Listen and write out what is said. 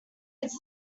its